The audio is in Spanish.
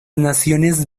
naciones